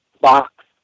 box